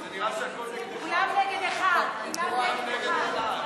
זה נראה שהכול נגדך, כולם נגד אחד.